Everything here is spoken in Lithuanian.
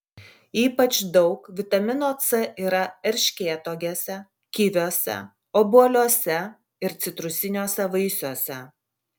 ypač daug vitamino c yra erškėtuogėse kiviuose obuoliuose ir citrusiniuose vaisiuose